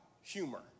humor